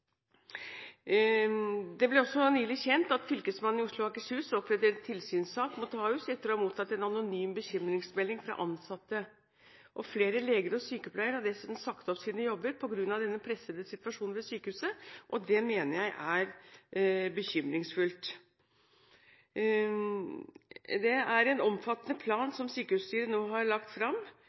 Det ble nylig kjent at fylkesmannen i Oslo og Akershus opprettet tilsynssak mot Ahus etter å ha mottatt en anonym bekymringsmelding fra ansatte. Flere leger og sykepleiere har dessuten sagt opp sine jobber på grunn av denne pressede situasjonen ved sykehuset. Det mener jeg er bekymringsfullt. Det er en omfattende plan sykehusstyret nå har lagt fram.